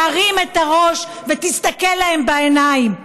תרים את הראש ותסתכל להם בעיניים.